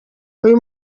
uyu